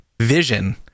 Vision